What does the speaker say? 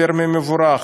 יותר ממבורך,